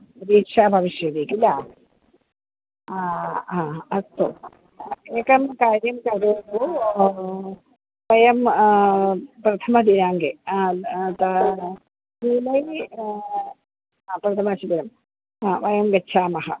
दीक्षा भविष्यति किल हा अस्तु एकं कार्यं करोतु वयं प्रथमदिनाङ्के जुलै प्रथमं शिबिरं हा वयं गच्छामः